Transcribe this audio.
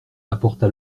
apporta